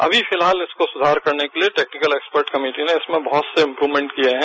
अभी फिलहाल इसको सुधार करने के लिए टेक्निकल एक्सपर्ट कमेटी ने इसमें बहुत से इम्यूकमेंट किए हैं